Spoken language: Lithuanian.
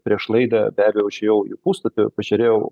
prieš laidą be abejo užėjau į jų puslapį pažiūrėjau